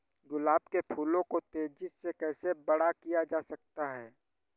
गुलाब के फूलों को तेजी से कैसे बड़ा किया जा सकता है?